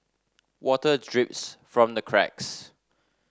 water drips from the cracks